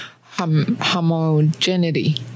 homogeneity